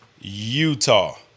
Utah